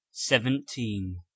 seventeen